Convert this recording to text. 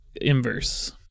inverse